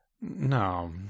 No